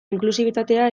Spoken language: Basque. inklusibitatea